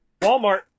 Walmart